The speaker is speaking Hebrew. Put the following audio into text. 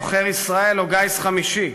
עוכר ישראל או גיס חמישי.